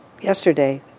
yesterday